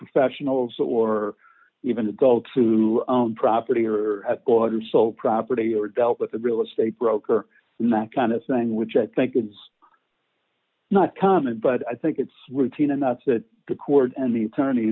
professionals or even adults who own property or d at borders so property or dealt with the real estate broker in that kind of thing which i think is not common but i think it's routine and that's it the court and the attorney